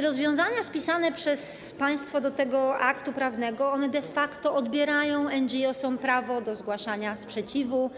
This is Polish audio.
Rozwiązania wpisane przez państwa do tego aktu prawnego de facto odbierają NGOs prawo do zgłaszania sprzeciwu,